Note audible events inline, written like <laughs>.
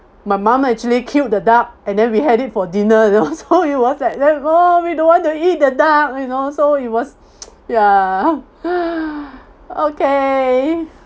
my mum actually killed the duck and then we had it for dinner you know <laughs> so it was like that oh we don't want to eat the duck you know so it was ya <breath> okay